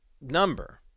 number